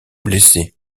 blessé